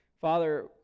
father